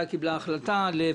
הממשלה אתמול קיבלה החלטה לפצות